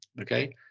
okay